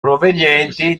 provenienti